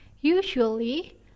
Usually